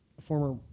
former